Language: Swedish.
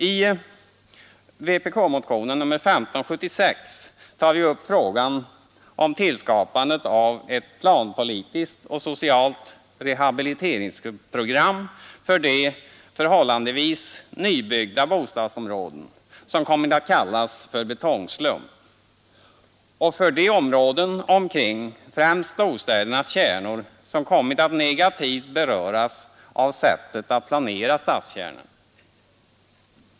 I vpk-motionen 1576 tar vi upp frågan om tillskapandet av ett barnpolitiskt och socialt rehabiliteringsprogram för de förhållandevis nybyggda bostadsområden som kommit att kallas för betongslum och för de områden omkring främst storstädernas kärnor som kommit att negativt beröras av sättet att planera stadskärnorna.